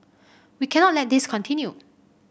we cannot let this continue